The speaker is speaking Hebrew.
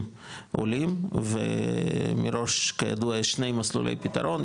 עולים ומראש כידוע יש שני מסלולי פתרון,